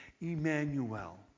Emmanuel